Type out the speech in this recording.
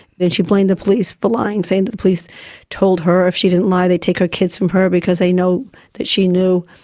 then she blamed the police for lying saying that the police told her if she didn't lie they'd take her kids from her because they know that she knew.